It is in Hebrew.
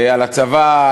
על הצבא,